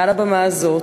מעל הבמה הזאת,